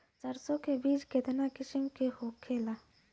सरसो के बिज कितना किस्म के होखे ला?